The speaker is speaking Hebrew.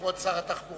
כבוד שר התחבורה.